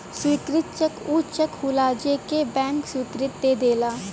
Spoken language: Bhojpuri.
स्वीकृत चेक ऊ चेक होलाजे के बैंक स्वीकृति दे देला